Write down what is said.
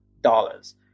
dollars